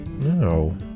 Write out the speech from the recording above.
No